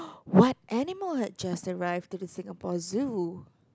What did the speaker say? what animal had just arrived to the Singapore Zoo